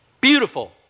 beautiful